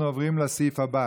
אנחנו עוברים לסעיף הבא